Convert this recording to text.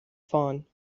fahren